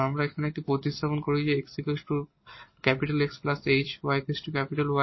আমরা এখানে প্রতিস্থাপন করি যে x 𝑋 ℎ 𝑦 𝑌 k